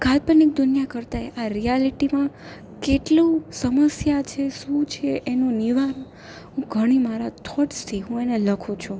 કાલ્પનિક દુનિયા કરતાં આ રિયાલિટીમાં કેટલું સમસ્યા છે શું છે એનું નિવારણ હું ઘણી મારા થોટસથી હું એને લખું છું